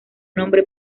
nombre